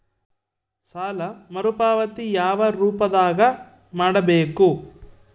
ಸಾಲ ಮರುಪಾವತಿ ಯಾವ ರೂಪದಾಗ ಮಾಡಬೇಕು?